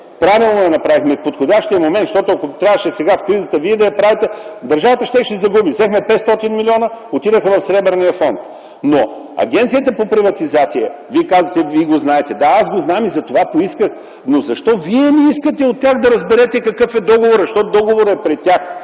правилно и в подходящия момент, защото ако трябваше сега, в кризата, вие да я правите, държавата щеше да загуби. Взехме 500 милиона, отидоха в Сребърния фонд. Но Агенцията за приватизация – Вие казвате: Вие го знаете. Да, аз го знам и затова поисках. Но защо Вие не поискате от тях да разберете какъв е договорът, защото договорът е при тях?